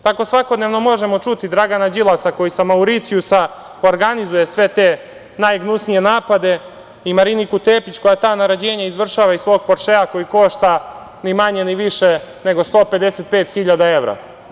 Tako svakodnevno možemo čuti Dragana Đilasa, koji sa Mauricijusa organizuje sve te najgnusnije napade, i Mariniku Tepić, koja sva ta naređenja izvršava iz svog „Poršea“ koji košta ni manje ni više nego 155 hiljada evra.